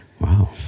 wow